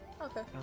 Okay